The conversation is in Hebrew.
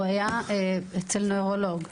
הוא היה אצל נוירולוג.